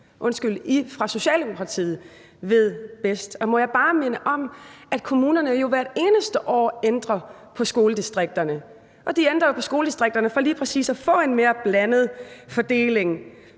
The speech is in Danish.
fordi I i Socialdemokratiet ved bedst. Må jeg bare minde om, at kommunerne jo hvert eneste år ændrer på skoledistrikterne. Og de ændrer på skoledistrikterne for lige præcis at få en mere blandet fordeling.